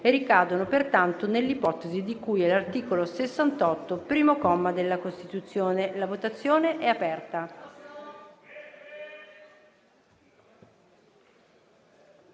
e ricadono pertanto nell'ipotesi di cui all'articolo 68, primo comma, della Costituzione. La relatrice, senatrice